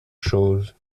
chose